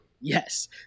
Yes